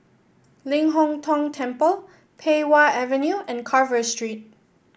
Ling Hong Tong Temple Pei Wah Avenue and Carver Street